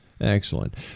excellent